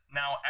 now